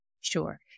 Sure